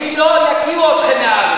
ואם לא, יקיאו אתכם מהארץ.